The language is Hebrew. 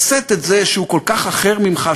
זה כרוך בסבל לשאת את זה שהוא כל כך אחר ממך,